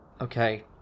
Okay